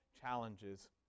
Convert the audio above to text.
challenges